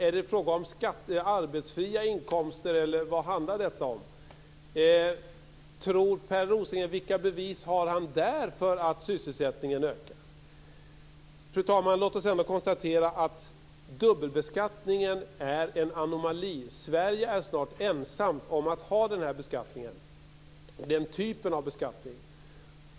Är det fråga om skatte och arbetsfria inkomster, eller vad handlar detta om? Vilka bevis har Per Rosengren där för att sysselsättningen ökar? Fru talman! Låt oss ändå konstatera att dubbelbeskattningen är en anomali. Sverige är snart ensamt om att ha den typen av beskattning.